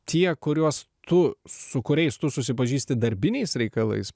tie kuriuos tu su kuriais tu susipažįsti darbiniais reikalais